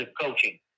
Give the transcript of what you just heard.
coaching